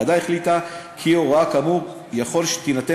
הוועדה החליטה כי הוראה כאמור יכול שתינתן